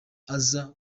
aza